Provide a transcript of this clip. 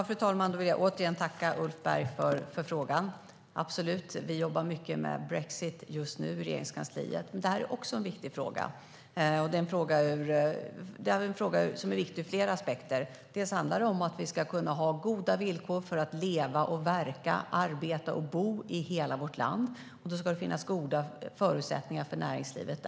Fru talman! Jag vill återigen tack Ulf Berg för frågan. Vi arbetar absolut mycket med brexit just nu i Regeringskansliet. Men detta är också en viktig fråga. Det är en fråga som är viktig ur flera aspekter. Det handlar om att vi ska kunna ha goda villkor för att leva och verka, arbeta och bo i hela vårt land. Det ska finnas goda förutsättningar för näringslivet.